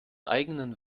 eigenen